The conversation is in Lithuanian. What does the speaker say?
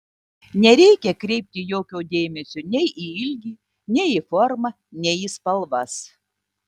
nereikia kreipti jokio dėmesio nei į ilgį nei į formą nei į spalvas